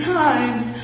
times